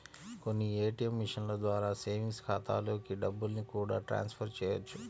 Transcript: కొన్ని ఏ.టీ.యం మిషన్ల ద్వారా సేవింగ్స్ ఖాతాలలోకి డబ్బుల్ని కూడా ట్రాన్స్ ఫర్ చేయవచ్చు